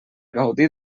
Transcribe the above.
gaudir